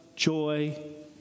Joy